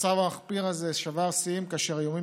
המצב המחפיר הזה שבר שיאים כאשר האיומים